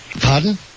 Pardon